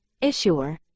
issuer